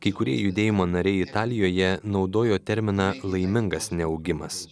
kai kurie judėjimo nariai italijoje naudojo terminą laimingas neaugimas